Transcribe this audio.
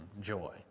joy